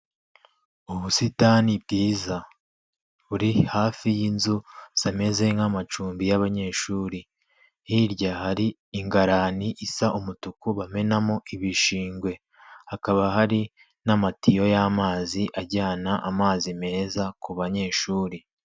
Ubusitani bwiza buri hafi y'inzu zimeze nk'amacumbi y'abanyeshuri, hirya hari ingarani isa umutuku bamenamo ibishingwe hakaba hari n'amatiyo y'amazi ajyana amazi meza ku banyeshuri.